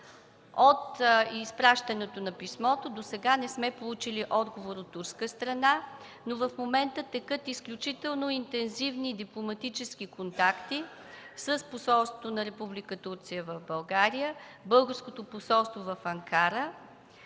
От изпращането на писмото досега не сме получили отговор от турска страна, но в момента текат изключително интензивни дипломатически контакти с посолството на Република Турция в България, българското посолство в Анкара